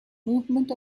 movement